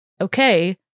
okay